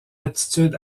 aptitude